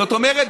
זאת אומרת,